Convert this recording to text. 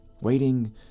waiting